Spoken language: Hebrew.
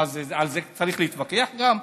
מה, על זה צריך להתווכח גם?